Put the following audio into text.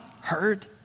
heard